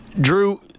Drew